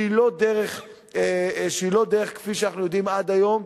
שהיא לא בדרך כפי שאנחנו יודעים עד היום,